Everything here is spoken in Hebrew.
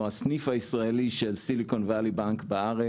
"הסניף הישראלי של סיליקון ואלי בנק בארץ",